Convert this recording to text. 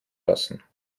lassen